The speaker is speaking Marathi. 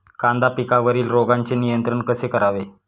कांदा पिकावरील रोगांचे नियंत्रण कसे करावे?